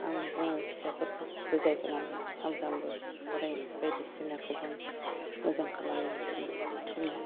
आं बुङो फिसाफोरखौ बुजायनानै सानफ्रोमबो फराय बायदिसिना गोबां मोजां खालामनो थिनो